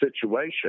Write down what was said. situation